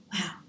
wow